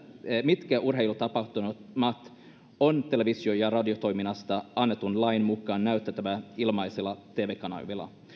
mitkä urheilutapahtumat on televisio ja radiotoiminnasta annetun lain mukaan näytettävä ilmaisilla tv kanavilla